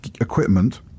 equipment